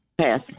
Pass